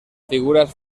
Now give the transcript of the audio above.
figuras